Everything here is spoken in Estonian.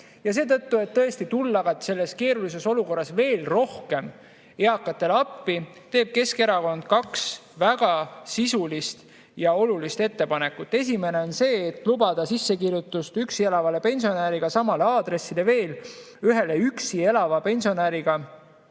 Ja seetõttu, et tulla selles keerulises olukorras veel rohkem eakatele appi, teeb Keskerakond kaks väga sisulist ja olulist ettepanekut. Esimene on see: lubada sissekirjutust üksi elava pensionäriga samale aadressile veel ühele üksi elava pensionäriga